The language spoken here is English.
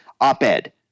op-ed